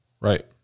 Right